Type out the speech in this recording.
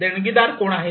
देणगीदार कोण आहेत